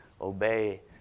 obey